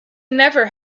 never